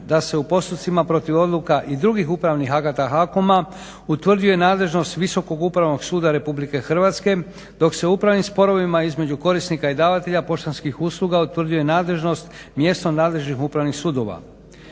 da se u postupcima protiv odluka i drugih upravnih akata HAKOM-a utvrđuje nadležnost Visokog upravnog suda Republike Hrvatske dok se u upravnim sporovima između korisnika i davatelja poštanskih usluga utvrđuje nadležnost, mjesno nadležnih upravnih sudova.